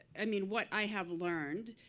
i mean, what i have learned,